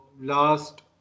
last